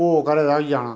भो घरे दा होई जाना